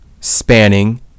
spanning